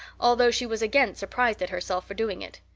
although she was again surprised at herself for doing it.